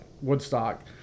woodstock